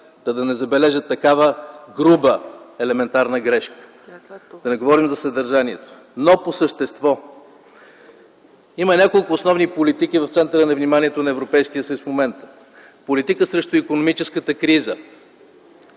да не забележат такава груба, елементарна грешка. Да не говорим за съдържанието. Но по същество. Има няколко основни политики в центъра на вниманието на Европейския съюз в момента – политика срещу икономическата криза,